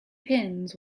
pins